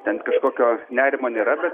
ten kažkokio nerimo nėra bet